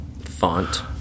font